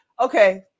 Okay